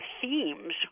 themes